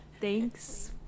Thanks